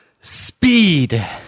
Speed